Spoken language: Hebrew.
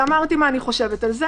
אמרתי מה דעתי על כך.